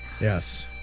Yes